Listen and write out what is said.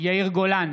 יאיר גולן,